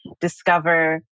discover